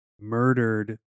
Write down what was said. murdered